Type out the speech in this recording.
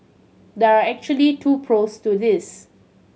there are actually two pros to this